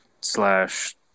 slash